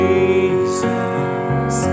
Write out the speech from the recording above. Jesus